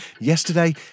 Yesterday